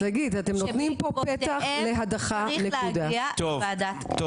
שבעקבותיהם צריך להגיע לוועדת הכנסת.